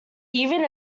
even